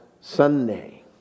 Sunday